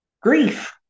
grief